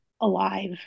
alive